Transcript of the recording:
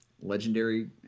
legendary